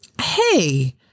hey